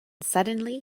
suddenly